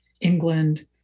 England